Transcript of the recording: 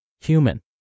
human